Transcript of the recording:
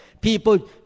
people